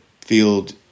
field